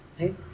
Right